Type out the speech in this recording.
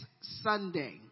Sunday